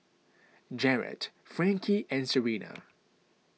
Jaret Frankie and Serina